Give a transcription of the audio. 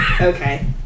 Okay